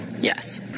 Yes